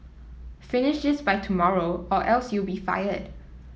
finish this by tomorrow or else you'll be fired